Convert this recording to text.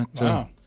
Wow